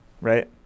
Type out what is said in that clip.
right